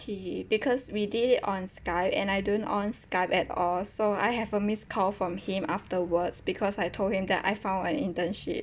he because we did it on skype and I don't on skype at all so I have a missed call from him afterwards because I told him that I found an internship